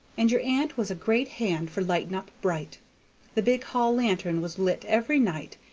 and your aunt was a great hand for lighting up bright the big hall lantern was lit every night,